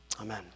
Amen